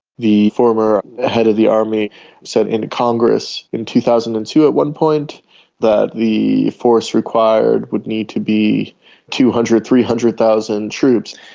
the former head of the army said in congress in two thousand and two at one point that the force required would need to be two hundred thousand, three hundred thousand troops.